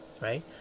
right